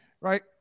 right